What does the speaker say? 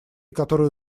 которую